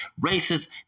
racist